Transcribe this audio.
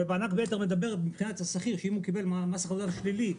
מענק ביתר מדבר מבחינת השכיר שאם הוא קיבל מס הכנסה שלילי,